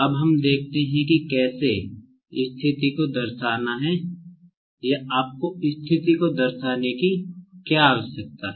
अब हम देखते हैं कि कैसे स्थिति को दर्शाना है या आपको स्थिति को दर्शाने की क्या आवश्यकता है